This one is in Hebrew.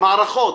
המערכות,